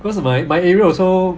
because of my my area also